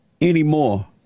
anymore